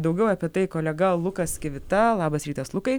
daugiau apie tai kolega lukas kivita labas rytas lukai